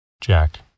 Jack